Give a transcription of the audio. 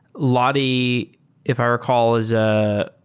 lottie if i recall is a